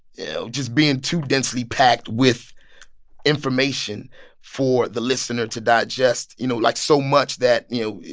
you know, just being too densely packed with information for the listener to digest. you know, like so much that, you know,